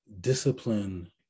discipline